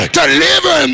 deliver